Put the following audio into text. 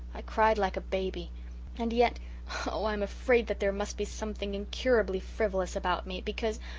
i cried like a baby and yet oh, i am afraid that there must be something incurably frivolous about me, because,